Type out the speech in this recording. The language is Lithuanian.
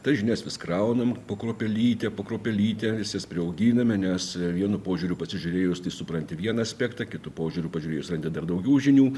tas žinias vis kraunam po kruopelytę po kruopelytę mes jas priauginame nes vienu požiūriu pasižiūrėjus tai supranti vieną aspektą kitu požiūriu pažiūrėjus randi dar daugiau žinių